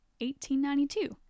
1892